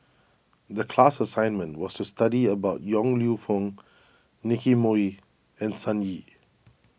the class assignment was to study about Yong Lew Foong Nicky Moey and Sun Yee